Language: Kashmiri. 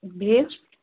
بیٚیہِ